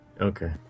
Okay